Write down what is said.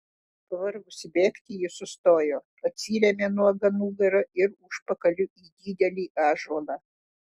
pavargusi bėgti ji sustojo atsirėmė nuoga nugara ir užpakaliu į didelį ąžuolą